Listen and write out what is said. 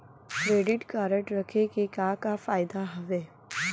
Credit card रखे के का का फायदा हवे?